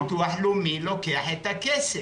הביטוח הלאומי לוקח את הכסף.